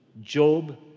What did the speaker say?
Job